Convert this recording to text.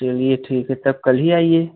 चलिए ठीक है तब कल ही आइए